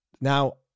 Now